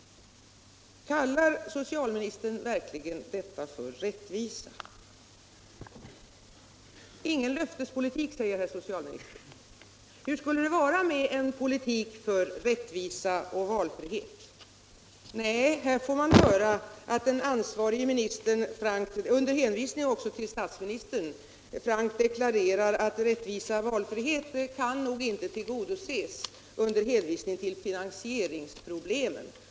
Kallar socialministern verkligen detta för rättvisa? Ingen löftespolitik, säger herr socialministern. Hur skulle det vara med en politik för rättvisa och valfrihet? Nej, här får man höra att den ansvarige ministern frankt, under hänvisning till statsministern, deklarerar att rättvisa och valfrihet nog inte kan tillgodoses med tanke på finansieringsproblemen.